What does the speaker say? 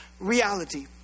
reality